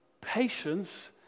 Patience